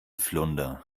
flunder